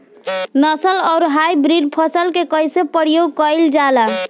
नस्ल आउर हाइब्रिड फसल के कइसे प्रयोग कइल जाला?